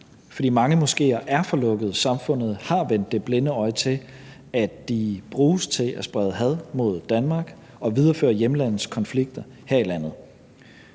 moskéer er for lukkede, og samfundet har vendt det blinde øje til, at de bruges til at sprede had mod Danmark og videreføre hjemlandets konflikter her i landet.